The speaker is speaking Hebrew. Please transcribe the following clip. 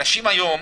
אנשים היום,